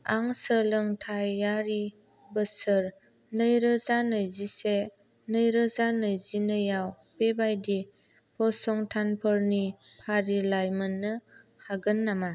आं सोलोंथायारि बोसोर नैरोजा नैजिसे नैरोजा नैजिनै आव बेबादि फसंथानफोरनि फारिलाइ मोननो हागोन नामा